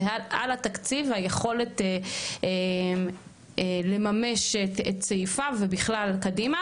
ועל התקציב היכולת לממש את סעיפיו ובכלל קדימה.